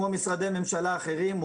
כמו משרדי ממשלה אחרים,